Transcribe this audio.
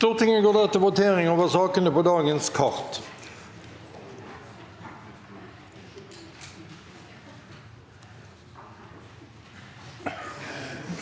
Stortinget går da til vote- ring over sakene på dagens kart.